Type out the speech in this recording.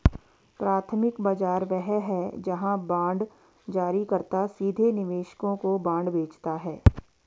प्राथमिक बाजार वह है जहां बांड जारीकर्ता सीधे निवेशकों को बांड बेचता है